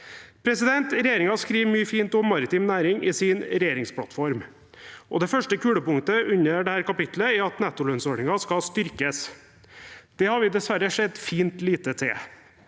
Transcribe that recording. enige om. Regjeringen skriver mye fint om maritim næring i sin regjeringsplattform, og det første kulepunktet under dette kapittelet er at nettolønnsordningen skal styrkes. Det har vi dessverre sett fint lite til.